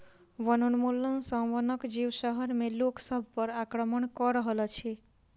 वनोन्मूलन सॅ वनक जीव शहर में लोक सभ पर आक्रमण कअ रहल अछि